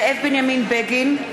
(קוראת בשמות חברי הכנסת) זאב בנימין בגין,